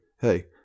hey